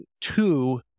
two